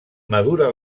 madura